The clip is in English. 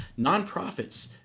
nonprofits